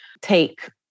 take